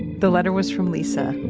the letter was from lisa,